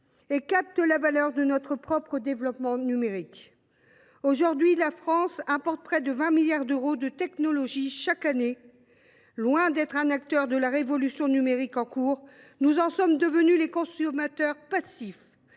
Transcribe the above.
et captent la valeur de notre propre développement numérique. À l’heure actuelle, la France importe près de 20 milliards d’euros de technologies chaque année. Loin d’être un acteur de la révolution numérique en cours, nous en sommes devenus les consommateurs passifs,